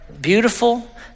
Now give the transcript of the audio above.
beautiful